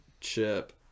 chip